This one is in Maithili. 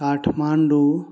काठमाण्डू